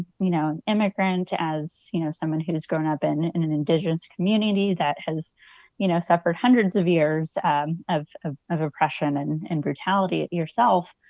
you know, immigrant, as you know someone who has grown up in in an indigenous community that has you know suffered hundreds of years of ah of oppression and and brutality yourself,